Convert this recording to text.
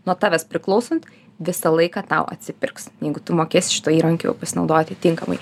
nuo tavęs priklausant visą laiką tau atsipirks jeigu tu mokės šituo įrankiu pasinaudoti tinkamai